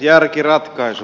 järkiratkaisu